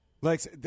Lex